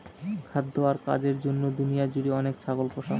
খাদ্য আর কাজের জন্য দুনিয়া জুড়ে অনেক ছাগল পোষা হয়